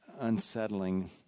unsettling